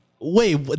Wait